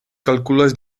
kalkulas